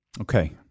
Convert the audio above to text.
Okay